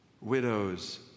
widows